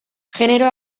genero